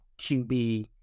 QB